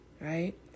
right